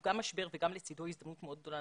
גם משבר אבל לצדו גם הזדמנות מאוד גדולה.